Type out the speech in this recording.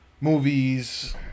movies